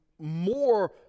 more